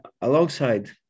Alongside